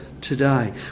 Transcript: today